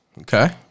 Okay